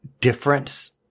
difference